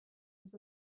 was